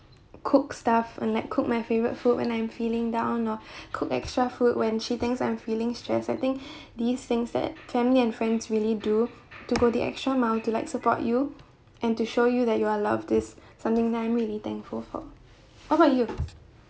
cook stuff and like cook my favourite food when I'm feeling down or cooked extra food when she thinks I'm feeling stress I think these things that family and friends really do to go the extra mile to like support you and to show you that you are loved is something that I'm really thankful for what about you